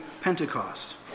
Pentecost